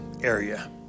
area